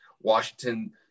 Washington